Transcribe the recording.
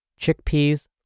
chickpeas